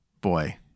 Boy